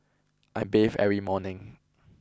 I bathe every morning